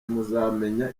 muzamenya